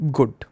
Good